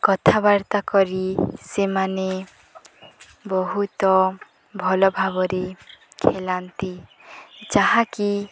କଥାବାର୍ତ୍ତା କରି ସେମାନେ ବହୁତ ଭଲ ଭାବରେ ଖେଳନ୍ତି ଯାହାକି